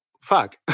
fuck